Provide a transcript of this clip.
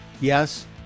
Yes